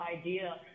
idea